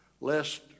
lest